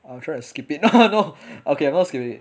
I'm trying to skip it no lah no okay I'm not skipping it